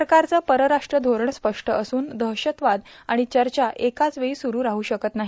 सरकारचं परराष्ट्र धोरण स्पष्ट असून दहशतवाद आणि चर्चा एकाच वेळी सुरू राहू शकत नाही